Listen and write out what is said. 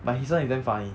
but his [one] is damn funny